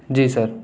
جی سر